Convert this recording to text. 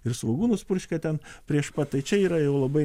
ir svogūnus purškia ten prieš pat tai čia yra jau labai